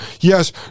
Yes